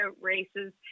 races